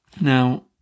Now